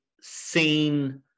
seen